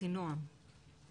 עמותת אחינועם.